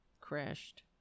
crashed